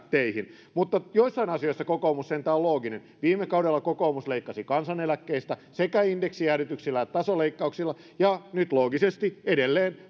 teihin mutta joissain asioissa kokoomus sentään on looginen viime kaudella kokoomus leikkasi kansaneläkkeistä sekä indeksijäädytyksillä että tasoleikkauksilla ja nyt loogisesti edelleen